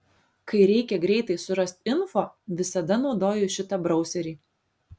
kai reikia greitai surast info visada naudoju šitą brauserį